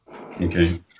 okay